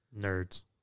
Nerds